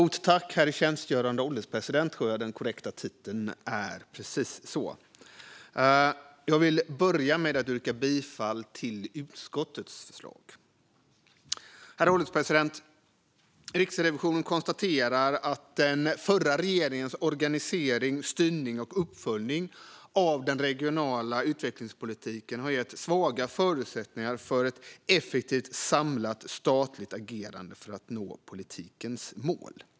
Riksrevisionens rapport om den regionala utveck-lingspolitiken Herr ålderspresident! Jag vill börja med att yrka bifall till utskottets förslag. Herr ålderspresident! Riksrevisionen konstaterar att den förra regeringens organisering, styrning och uppföljning av den regionala utvecklingspolitiken har gett svaga förutsättningar för ett effektivt, samlat statligt agerande för att nå politikens mål.